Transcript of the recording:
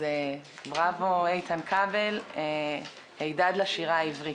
אז בראבו, איתן כבל, הידד לשירה העברית.